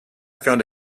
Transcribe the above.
found